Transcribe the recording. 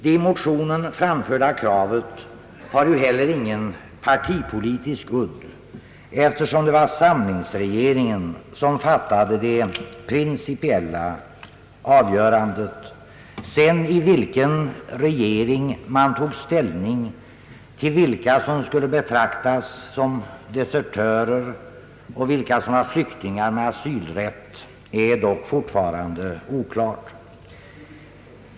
Det i motionen framförda kravet har heller ingen partipolitisk udd, eftersom det var samlingsregeringen som fattade det principiella beslutet. I vilken regering man tog ställning till vilka som skulle betraktas som desertörer och vilka som var flyktingar med asylrätt är dock fortfarande oklart.